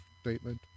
statement